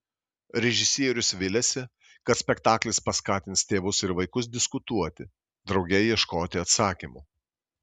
režisierius viliasi kad spektaklis paskatins tėvus ir vaikus diskutuoti drauge ieškoti atsakymų